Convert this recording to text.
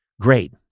great